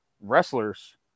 wrestlers